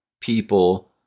people